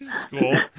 School